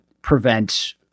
prevent